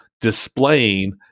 displaying